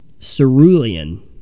Cerulean